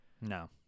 No